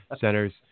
centers